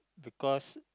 because